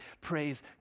praise